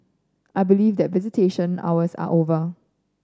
I believe that visitation hours are over